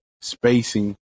spacing